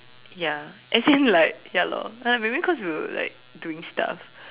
ya as in like ya lor maybe cause we were like doing stuff